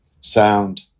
sound